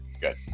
good